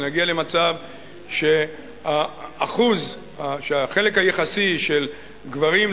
כשנגיע למצב שהחלק היחסי של גברים,